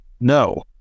No